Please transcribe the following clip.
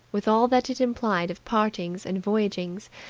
with all that it implied of partings and voyagings,